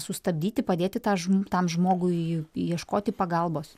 sustabdyti padėti tą tam žmogui ieškoti pagalbos